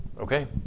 Okay